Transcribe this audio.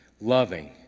loving